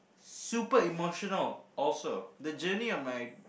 super emotional also the journey of my